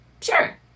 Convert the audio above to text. sure